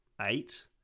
eight